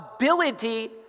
ability